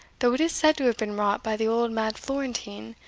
though it is said to have been wrought by the old mad florentine,